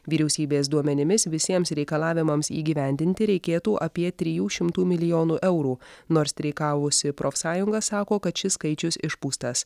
vyriausybės duomenimis visiems reikalavimams įgyvendinti reikėtų apie trijų šimtų milijonų eurų nors streikavusi profsąjunga sako kad šis skaičius išpūstas